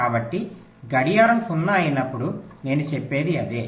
కాబట్టి గడియారం 0 అయినప్పుడు నేను చెప్పేది అదే